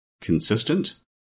consistent